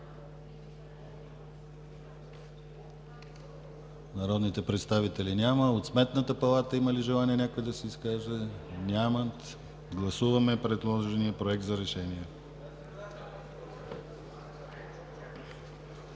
народните представители няма желаещи. От Сметната палата има ли желание някой да се изкаже? Няма. Гласуваме предложения Проект за решение.